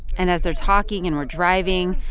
and as they're talking and we're driving,